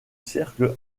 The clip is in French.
cercle